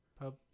pub